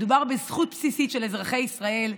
מדובר בזכות בסיסית של אזרחי ישראל,